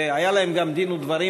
היו להם גם דין ודברים,